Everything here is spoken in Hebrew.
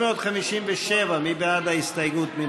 357, מי בעד ההסתייגות?